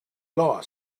lost